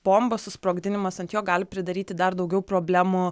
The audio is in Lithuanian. bombos susprogdinimas ant jo gali pridaryti dar daugiau problemų